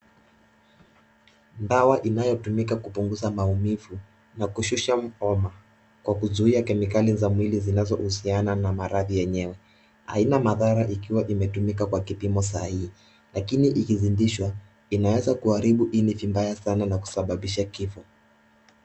Dawa inayotumika kupunguza maumivu na kushusha homa kwa kuzuia kemikali za mwili zinazohusiana na maraddhi yenyewe. Haina madhara ikiwa imetumika kwa kipimo sahihi lakini ikizidishwa inaweza kuharibu ini vibaya sana na kusababisha kifo.